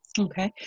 Okay